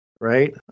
right